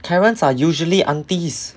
karens are usually aunties